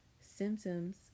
Symptoms